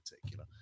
particular